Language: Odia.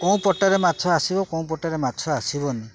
କୋଉ ପଟରେ ମାଛ ଆସିବ କୋଉ ପଟରେ ମାଛ ଆସିବନି